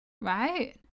right